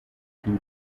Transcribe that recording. two